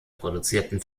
produzierten